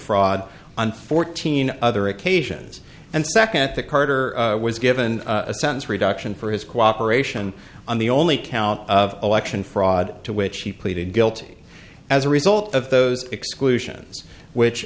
fraud on fourteen other occasions and second at that carter was given a sentence reduction for his cooperation on the only count of election fraud to which he pleaded guilty as a result of those exclusions which